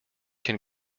can